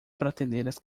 prateleiras